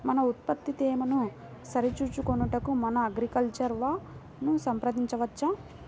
మన ఉత్పత్తి తేమను సరిచూచుకొనుటకు మన అగ్రికల్చర్ వా ను సంప్రదించవచ్చా?